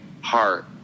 heart